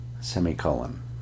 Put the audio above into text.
semicolon